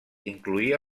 incloïa